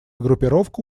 группировка